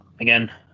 again